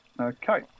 Okay